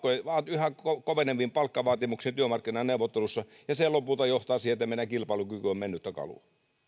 yhä koveneviin palkkavaatimuksiin työmarkkinaneuvotteluissa ja se lopulta johtaa siihen että meidän kilpailukyky on mennyttä kalua